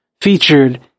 featured